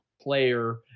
player